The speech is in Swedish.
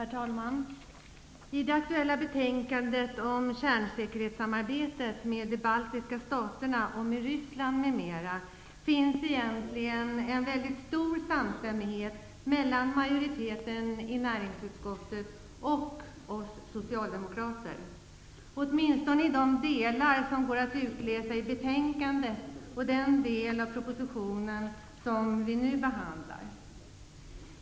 Herr talman! I det aktuella betänkandet om kärnsäkerhetssamarbetet med de baltiska staterna och med Ryssland, m.m. finns det egentligen en mycket stor samstämmighet mellan majoriteten i näringsutskottet och oss socialdemokrater, åtminstone i de delar som går att utläsa i betänkandet och i den del av propositionen som vi nu behandlar.